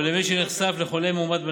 או למי שנחשפו לחולה מאומת בנגיף.